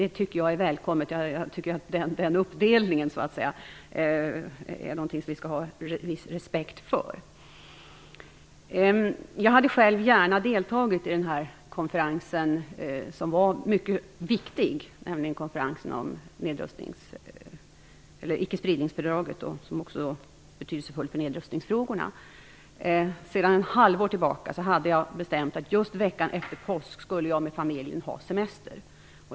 Det tycker jag är välkommet, och jag tycker vi skall ha en viss respekt för den uppdelningen. Jag hade själv gärna deltagit i den mycket viktiga konferensen om icke-spridningsfördraget som också var betydelsefull för nedrustningsfrågorna. Sedan ett halvår tillbaka hade jag bestämt att just veckan efter påsk ha semester med familjen.